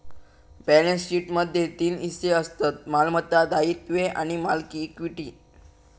balance शीटमध्ये तीन हिस्से असतत मालमत्ता, दायित्वे आणि मालकी इक्विटी